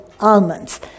almonds